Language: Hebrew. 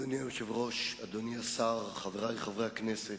אדוני היושב-ראש, אדוני השר, חברי חברי הכנסת,